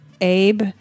Abe